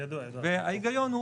מה ההיגיון?